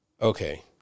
Okay